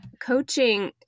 coaching